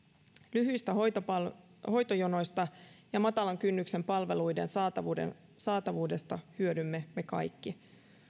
lyhyistä hoitojonoista ja matalan kynnyksen palveluiden saatavuudesta hyödymme me kaikki